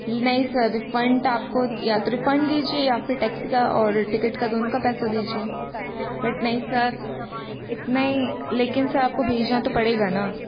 नहीं sir refund आप को या तो रिफ़ंड दीजिए या फिर टैक्सी का और टिकट का दोनों का पैसा दीजिए बट नहीं सर इतना ही लेकिन सर आपको भेजना तो पड़ेगा ना